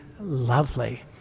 lovely